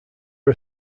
are